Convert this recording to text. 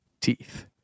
teeth